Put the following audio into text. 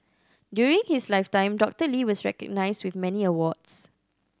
during his lifetime Doctor Lee was recognised with many awards